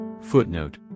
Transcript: footnote